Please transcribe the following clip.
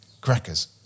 crackers